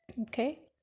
okay